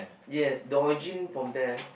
yes the origin from there